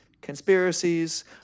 conspiracies